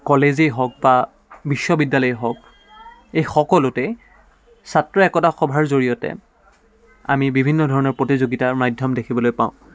কলেজেই হওক বা বিশ্ববিদ্যালয়েই হওক এই সকলোতেই ছাত্ৰ একতা সভাৰ জৰিয়তে আমি বিভিন্ন ধৰণৰ প্ৰতিযোগিতাৰ মাধ্যম দেখিবলৈ পাওঁ